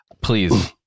Please